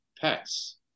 pet's